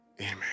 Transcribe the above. Amen